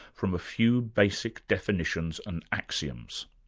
from a few basic definitions and axioms.